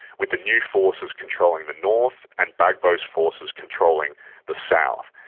with the new forces controlling the north and gbagbo's forces controlling the south.